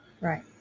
Right